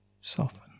soften